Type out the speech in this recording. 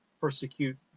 persecute